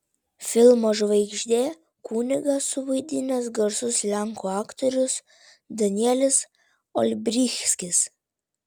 filmo žvaigždė kunigą suvaidinęs garsus lenkų aktorius danielis olbrychskis